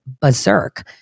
berserk